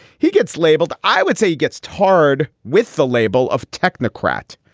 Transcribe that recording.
he gets labeled. i would say he gets tarred with the label of technocrat.